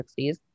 60s